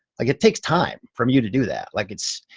like it takes time from you to do that, like it's,